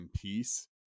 peace